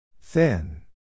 Thin